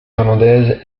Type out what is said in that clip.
irlandaise